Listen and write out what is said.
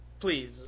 Please